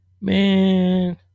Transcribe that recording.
Man